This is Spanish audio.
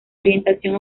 orientación